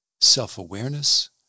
self-awareness